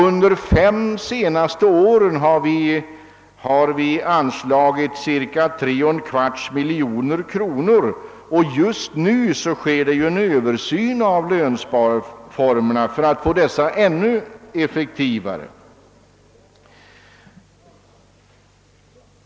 Under de fem senaste åren har vi anslagit cirka 3,25 miljoner kronor för sparandekampanjer, och just nu företas en översyn av lönsparformerna för att få dessa ännu effektivare.